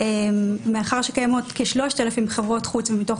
מאחר שקיימות כ-3,000 חברות חוץ ומתוך